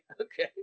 okay